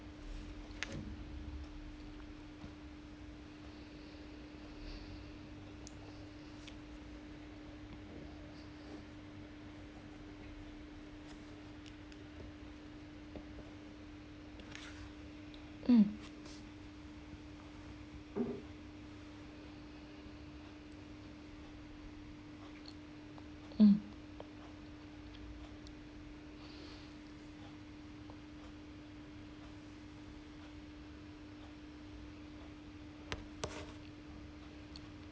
mm mm